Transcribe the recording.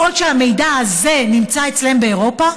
בעוד המידע הזה נמצא אצלם באירופה,